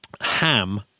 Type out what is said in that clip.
Ham